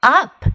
up 。